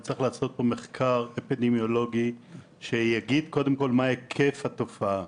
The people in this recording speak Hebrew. וצריך לעשות פה מחקר אפידמיולוגי שקודם כל יגיד מה היקף התופעה.